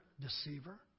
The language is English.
deceiver